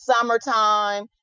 summertime